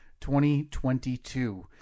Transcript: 2022